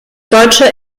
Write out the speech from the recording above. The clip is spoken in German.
deutsche